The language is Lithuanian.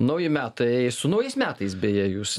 nauji metai su naujais metais beje jus